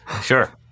Sure